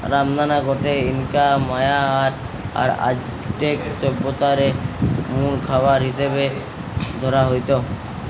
রামদানা গটে Inca, Maya আর অ্যাজটেক সভ্যতারে মুল খাবার হিসাবে ধরা হইত